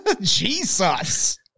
Jesus